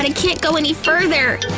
ah can't go any further!